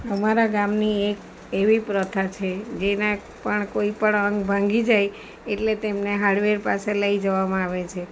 અમારા ગામની એક એવી પ્રથા છે જેના પણ કોઈ પણ અંગ ભાંગી જાય એટલે તેમને હાડવૈદ પાસે લઈ જવામાં આવે છે